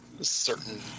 certain